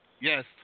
Yes